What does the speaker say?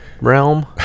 realm